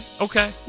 okay